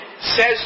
says